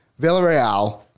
Villarreal